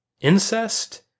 incest